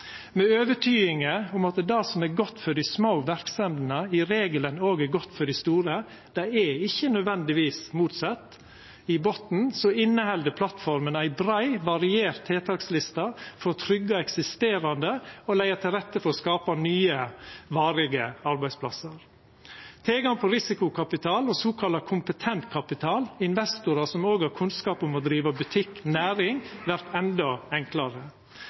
i botnen om at det som er godt for dei små verksemdene, i regelen òg er godt for dei store – det er ikkje nødvendigvis motsett – inneheld plattforma ei brei og variert tiltaksliste for å tryggja eksisterande og å leggja til rette for å skapa nye varige arbeidsplassar. Tilgang på risikokapital og sokalla kompetent kapital, investorar som òg har kunnskap om å driva butikk – næring – vert endå enklare.